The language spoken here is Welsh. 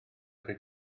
reit